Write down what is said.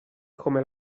come